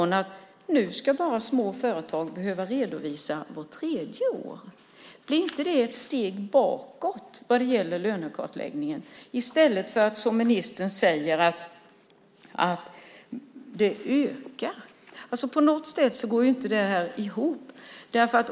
Nu ska ju små företag behöva redovisa bara vart tredje år. Blir inte det ett steg bakåt vad gäller lönekartläggningen - detta i stället för, som ministern säger, att det blir en ökning? På något sätt går det här inte ihop.